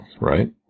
Right